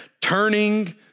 turning